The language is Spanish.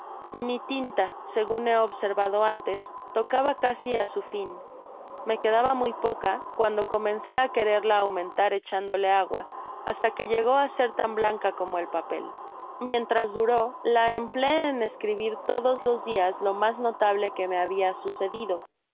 mi tinta segun üe observado antes tocaba casi a su fin me quedaba muy poca cuando empecé á quererla aumentar echándole agua hasta que llegó áser tan blanca como el papel mientras duró la empleé en escribir todos los dias lo mas notable que me habia sucedido y